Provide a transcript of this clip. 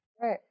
Right